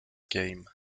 game